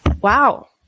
Wow